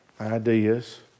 ideas